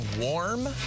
WARM